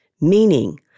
Meaning